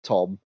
Tom